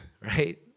right